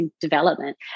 development